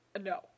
No